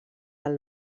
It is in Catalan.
del